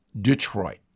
Detroit